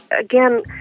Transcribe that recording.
again